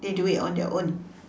they do it on their own